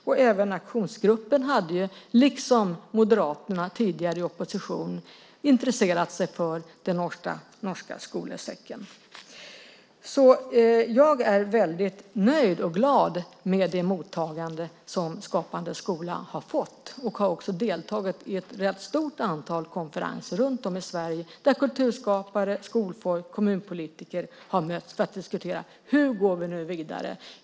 Och även aktionsgruppen, liksom Moderaterna tidigare i opposition, hade intresserat sig för den norska skolesäcken. Jag är väldigt nöjd och glad över det mottagande som Skapande skola har fått. Jag har också deltagit i ett rätt stort antal konferenser runt om i Sverige där kulturskapare, skolfolk och kommunpolitiker har mötts för att diskutera: Hur går vi nu vidare?